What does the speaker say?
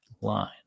line